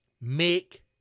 make